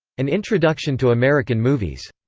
an introduction to american movies.